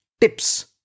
tips